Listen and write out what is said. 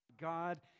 God